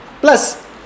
plus